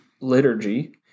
liturgy